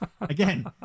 Again